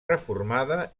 reformada